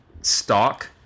stock